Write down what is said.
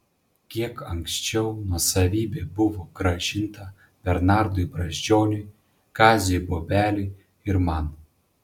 kiek anksčiau nuosavybė buvo grąžinta bernardui brazdžioniui kaziui bobeliui ir man